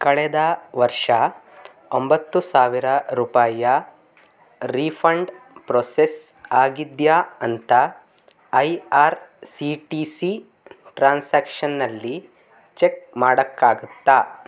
ಕಳೆದ ವರ್ಷ ಒಂಬತ್ತು ಸಾವಿರ ರೂಪಾಯಿಯ ರೀಫಂಡ್ ಪ್ರೋಸೆಸ್ ಆಗಿದೆಯಾ ಅಂತ I R C T C ಟ್ರಾನ್ಸಾಕ್ಷನ್ನಲ್ಲಿ ಚೆಕ್ ಮಾಡೋಕ್ಕಾಗುತ್ತಾ